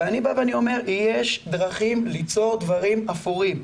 אני אומר שיש דרכים ליצור דברים אפורים.